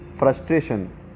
Frustration